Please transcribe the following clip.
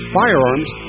firearms